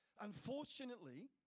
Unfortunately